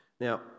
now